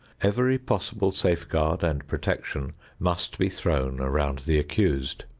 every possible safeguard and protection must be thrown around the accused.